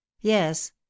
yes